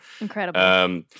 incredible